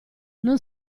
non